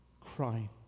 crying